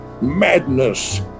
madness